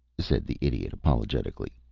said the idiot, apologetically.